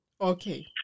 Okay